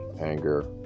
anger